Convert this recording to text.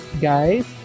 guys